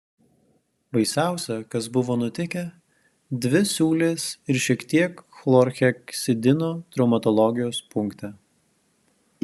baisiausia kas buvo nutikę dvi siūlės ir šiek tiek chlorheksidino traumatologijos punkte